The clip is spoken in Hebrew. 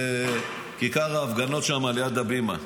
בכיכר ההפגנות שם ליד הבימה.